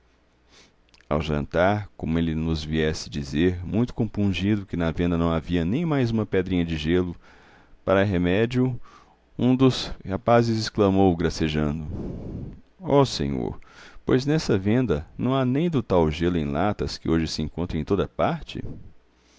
ao jantar como ele nos viesse dizer muito compungido que na venda não havia nem mais uma pedrinha de gelo para remédio um dos rapazes exclamou gracejando oh senhor pois nessa venda não há nem do tal gelo em latas que hoje se encontra em toda a parte